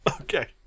Okay